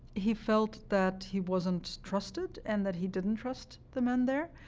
he felt that he wasn't trusted and that he didn't trust the men there.